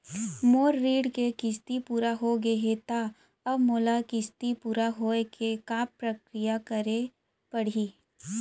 मोर ऋण के किस्ती पूरा होगे हे ता अब मोला किस्ती पूरा होए के का प्रक्रिया करे पड़ही?